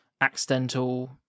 accidental